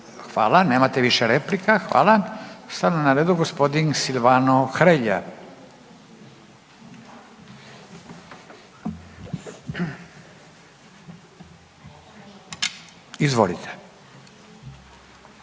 hvala, nemate više replika, hvala. Sad je na redu gospodin Silvano Hrelja. Izvolite.